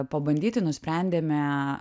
pabandyti nusprendėme